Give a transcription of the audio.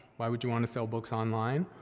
why would you wanna sell books online?